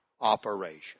operation